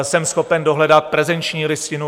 Jsem schopen dohledat prezenční listinu.